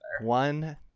One